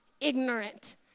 ignorant